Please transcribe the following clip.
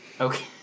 Okay